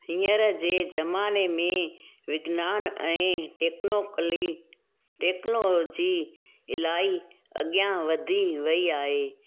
हींअर जे ज़माने में विज्ञान ऐं टेक्नोकली टेक्नोलॉजी इलाही अॻियां वधी वयी आहे